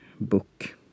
book